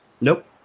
Nope